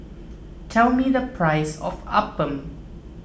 tell me the price of Appam